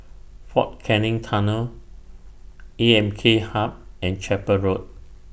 Fort Canning Tunnel A M K Hub and Chapel Road